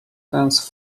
dense